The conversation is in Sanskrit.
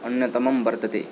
अन्यतमं वर्तते